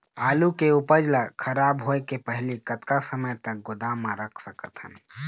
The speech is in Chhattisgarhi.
आलू के उपज ला खराब होय के पहली कतका समय तक गोदाम म रख सकत हन?